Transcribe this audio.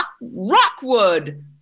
Rockwood